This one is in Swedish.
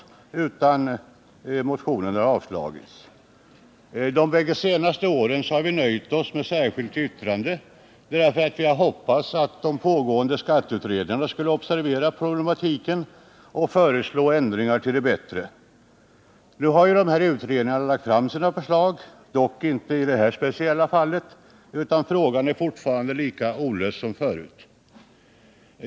Motionerna har avslagits. De båda senaste åren har vi nöjt oss med särskilda yttranden, därför att vi har hoppats att de pågående skatteutredningarna skulle observera problematiken och föreslå ändringar till det bättre. Nu har dessa utredningar lagt fram sina förslag — dock inte i detta speciella fall, utan frågan är fortfarande lika olöst som förut.